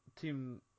team